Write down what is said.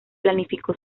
planificó